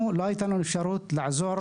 לנו הייתה לנו אפשרות לעזור,